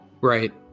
Right